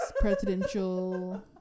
presidential